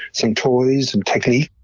some toys, some techniques.